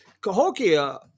cahokia